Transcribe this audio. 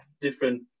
different